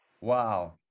wow